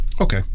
Okay